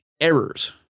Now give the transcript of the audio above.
errors